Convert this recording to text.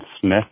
Smith